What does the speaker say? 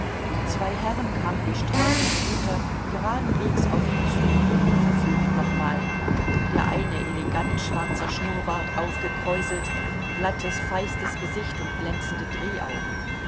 zwei herren kamen die straße herunter geradenwegs auf ihn zu verflucht nochmal der eine elegant schwarzer schnurrbart aufgekräuselt glattes feistes gesicht und glänzende